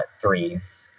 threes